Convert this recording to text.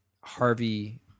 Harvey